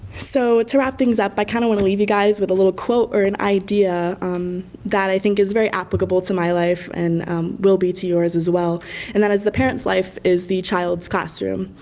so to wrap things up, i kind of want to leave you guys with a little quote or an idea that i think is very applicable to my life and will be to yours as well and that is the parent's life is the child's classroom.